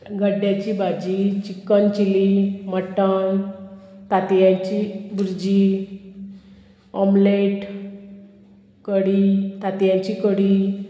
गड्ड्याची भाजी chicken chilli mutton तांतयांची भुरजी ओमलेट कडी तांतयांची कडी